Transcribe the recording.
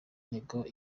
inteko